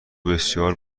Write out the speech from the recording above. بسیار